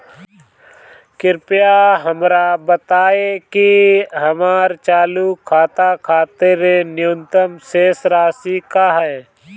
कृपया हमरा बताइं कि हमर चालू खाता खातिर न्यूनतम शेष राशि का ह